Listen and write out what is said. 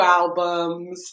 albums